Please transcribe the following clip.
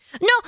No